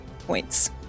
points